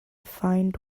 find